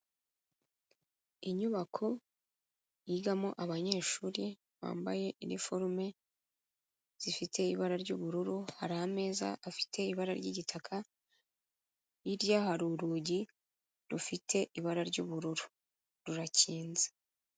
Inyubako yigamo abanyeshuri, bambaye iniforume zifite ibara ry'ubururu, hari ameza afite ibara ry'igitaka, hirya hari urugi, rufite ibara ry'ubururu rurakinze.